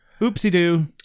Oopsie-doo